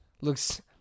looks